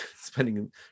spending